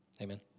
amen